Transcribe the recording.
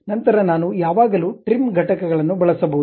ನಂತರ ನಾನು ಯಾವಾಗಲೂ ಟ್ರಿಮ್ ಘಟಕಗಳನ್ನು ಬಳಸಬಹುದು